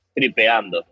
tripeando